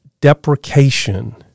deprecation